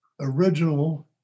original